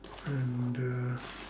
and uh